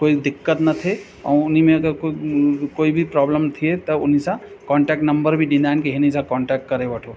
कोई दिक़त न थिए ऐं उन में अगरि कोई कोई बि प्रॉब्लम थिए त उन्ही सां कॉन्टैक्ट नंबर बि ॾींदा आहिनि की हिन सां कॉन्टैक्ट करे वठो